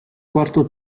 quarto